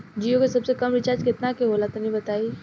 जीओ के सबसे कम रिचार्ज केतना के होला तनि बताई?